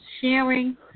sharing